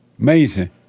Amazing